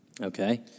Okay